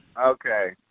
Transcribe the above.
Okay